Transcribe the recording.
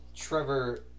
Trevor